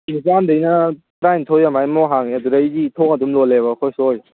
ꯅꯤꯄꯥꯟꯗꯩꯅ ꯇꯔꯥꯅꯤꯊꯣꯏ ꯑꯃꯥꯏꯃꯨꯛ ꯍꯥꯡꯉꯦ ꯑꯗꯨꯗꯩꯗꯤ ꯊꯣꯡ ꯑꯗꯨꯝ ꯂꯣꯜꯂꯦꯕ ꯑꯩꯈꯣꯏ ꯏꯁꯇꯣꯔꯁꯦ